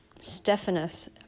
Stephanus